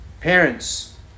parents